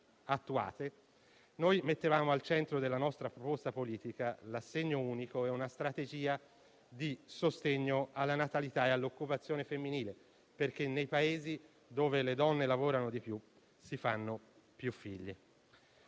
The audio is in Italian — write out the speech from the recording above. attuate, noi mettevano al centro della nostra proposta politica l'assegno unico e una strategia di sostegno alla natalità e all'occupazione femminile, in quanto nei Paesi dove le donne lavorano di più, si fanno più figli.